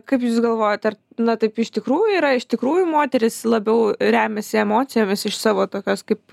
kaip jūs galvojat ar na taip iš tikrųjų yra iš tikrųjų moterys labiau remiasi emocijomis iš savo tokios kaip